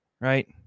right